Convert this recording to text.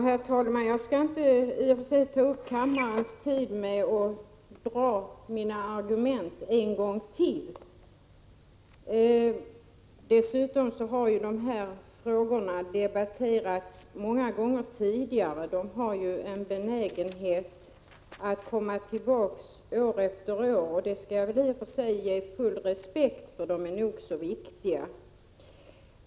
Herr talman! Jag skall inte uppta kammarens tid med att dra mina argument en gång till. Dessutom har dessa frågor debatterats många gånger tidigare här i kammaren. De har en benägenhet att komma tillbaka år efter år, vilket jag i och för sig respekterar då de är nog så viktiga.